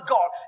God